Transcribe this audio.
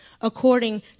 according